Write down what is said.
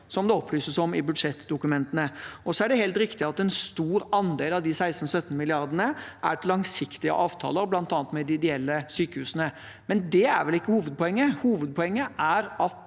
som det opplyses om i budsjettdokumentene. Det er helt riktig at en stor andel av de 16–17 mrd. kr er til langsiktige avtaler, bl.a. med de ideelle sykehusene. Men det er vel ikke hovedpoenget. Hovedpoenget er at